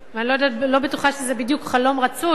ואני לא בטוחה שזה בדיוק חלום רצוי,